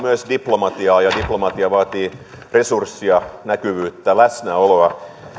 myös diplomatiaa ja diplomatia vaatii resursseja näkyvyyttä ja läsnäoloa